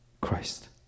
Christ